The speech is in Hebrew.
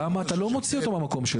בתמ"א אתה לא מוציא אותו מהמקום שלו.